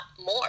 more